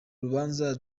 rubanza